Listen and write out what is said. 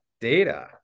data